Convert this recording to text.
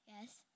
Yes